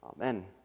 Amen